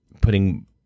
putting